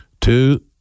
Two